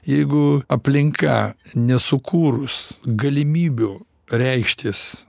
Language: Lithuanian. jeigu aplinka nesukūrus galimybių reikštis